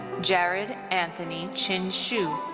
jared anthony chin-shue.